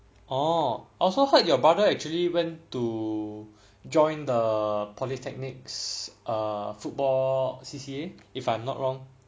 orh I also heard your brother actually went to join the polytechnics err football C_C_A if I'm not wrong